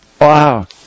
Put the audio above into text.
wow